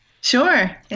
Sure